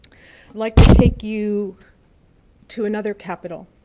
like to take you to another capital.